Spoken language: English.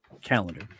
calendar